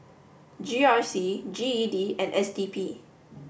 G R C G E D and S D P